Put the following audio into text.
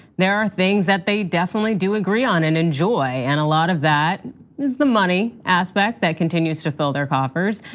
there are things that they definitely do agree on and enjoy, and a lot of that is the money aspect that continues to fill that coffers.